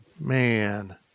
Man